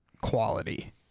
quality